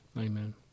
Amen